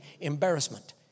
embarrassment